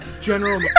general